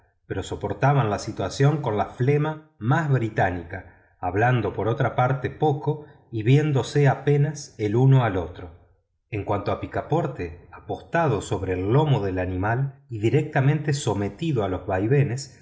pero soportaban la situación con la flema más británica hablando por otra parte poco y viéndose apenas el uno al otro en cuanto a picaporte apostado sobre el lomo del animal y directamente sometido a los vaivenes